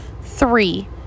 Three